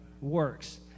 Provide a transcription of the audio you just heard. works